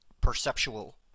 perceptual